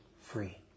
free